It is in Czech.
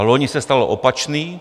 Loni se stalo opačné.